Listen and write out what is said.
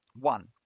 One